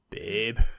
babe